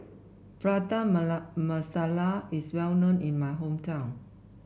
Prata Masala is well known in my hometown